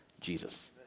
Jesus